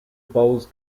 bowes